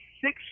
six